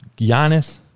Giannis